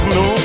no